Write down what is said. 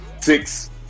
Six